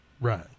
right